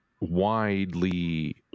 widely